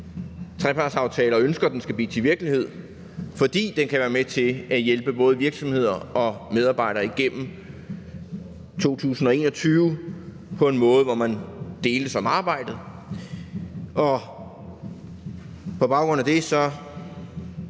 trepartsaftale og ønsker, at den skal blive til virkelighed, fordi den kan være med til at hjælpe både virksomheder og medarbejdere igennem 2021 på en måde, hvor man deles om arbejdet. På baggrund af det